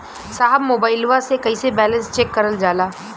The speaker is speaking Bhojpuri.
साहब मोबइलवा से कईसे बैलेंस चेक करल जाला?